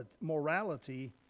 morality